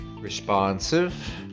Responsive